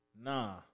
Nah